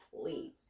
please